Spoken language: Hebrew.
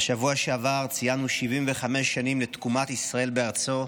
בשבוע שעבר ציינו 75 שנים לתקומת ישראל בארצו,